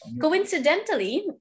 Coincidentally